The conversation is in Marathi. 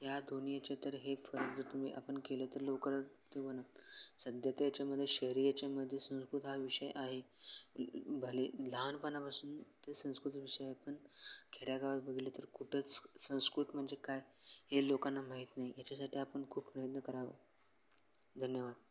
या दोन्ही ह्याचे तर हे फरक जर तुम्ही आपण केलं तर लवकर ते वन सध्या त्याच्यामध्ये शहरी याच्यामध्ये संस्कृत हा विषय आहे भले लहानपणापासून ते संस्कृत विषय आपण खेडेगावात बघितलं तर कुठंच संस्कृत म्हणजे काय हे लोकांना माहीत नाही याच्यासाठी आपण खूप प्रयत्न करावं धन्यवाद